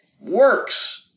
works